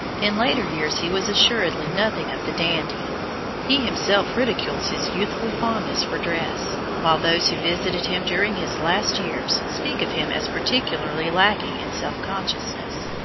in later years he was assuredly nothing of the dandy he himself ridicules his youthful fondness for dress, while those who visited him during his last years speak of him as particularly lacking in self-consciousness.